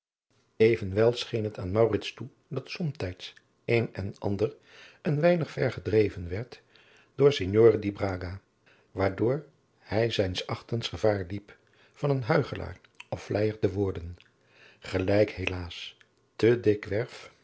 evenwel scheen het aan maurits toe dat somtijds een en ander een weinig ver gedreven werd door signore di braga waardoor hij zijns achtens gevaar liep van een huichelaar of vleijer te worden gelijk helaas te dikwerf